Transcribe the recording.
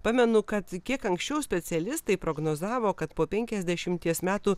pamenu kad kiek anksčiau specialistai prognozavo kad po penkiasdešimties metų